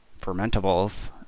fermentables